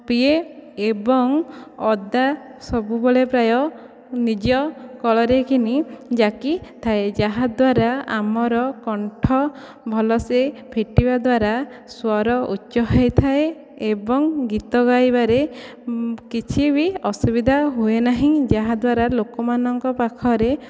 ପିଏ ଏବଂ ଅଦା ସବୁବେଳେ ପ୍ରାୟ ନିଜ କଳରେ କିନି ଜାକି ଥାଏ ଯାହା ଦ୍ୱାରା ଆମର କଣ୍ଠ ଭଲସେ ଫିଟିବା ଦ୍ୱାରା ସ୍ୱର ଉଚ୍ଚ ହୋଇଥାଏ ଏବଂ ଗୀତ ଗାଇବାରେ କିଛି ବି ଅସୁବିଧା ହୁଏ ନାହିଁ ଯାହାଦ୍ୱାରା ଲୋକମାନଙ୍କ ପାଖରେ